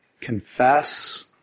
confess